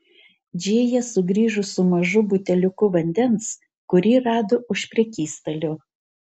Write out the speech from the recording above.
džėja sugrįžo su mažu buteliuku vandens kurį rado už prekystalio